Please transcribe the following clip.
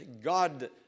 God